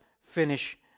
finish